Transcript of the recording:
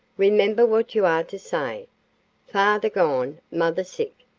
remember what you are to say father gone, mother sick.